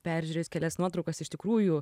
peržiūrėjus kelias nuotraukas iš tikrųjų